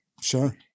Sure